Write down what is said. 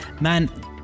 Man